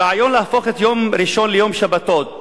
הרעיון להפוך את יום ראשון ליום שבתון,